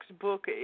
book